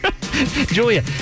julia